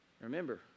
Remember